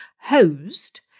Hosed